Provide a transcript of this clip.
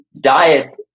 diet